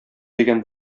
дигән